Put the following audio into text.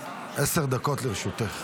עשר דקות לרשותך.